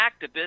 activists